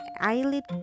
eyelid